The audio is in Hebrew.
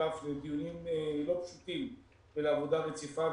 ושותף לדיונים לא פשוטים ולעבודה רציפה,